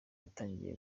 yatangiye